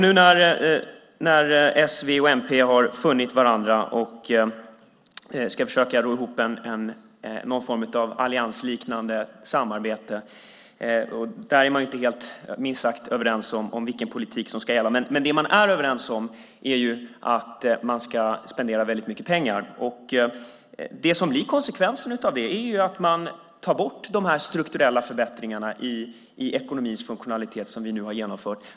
Nu har s, v och mp funnit varandra och ska försöka ro ihop en form av alliansliknande samarbete. Man är minst sagt inte helt överens om vilken politik som ska gälla, men det man är överens om är att spendera väldigt mycket pengar. Konsekvensen av det blir att man tar bort de strukturella förbättringar i ekonomins funktionalitet som vi nu har genomfört.